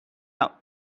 out